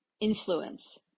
influence